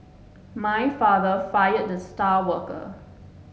my father fired the star worker